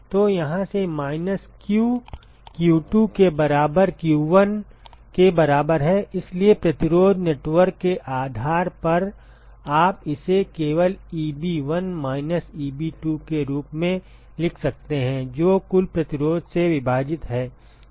तो यहाँ से माइनस q q2 के बराबर q1 के बराबर है इसलिए प्रतिरोध नेटवर्क के आधार पर आप इसे केवल Eb1 माइनस Eb2 के रूप में लिख सकते हैं जो कुल प्रतिरोध से विभाजित है